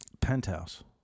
Penthouse